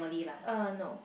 uh no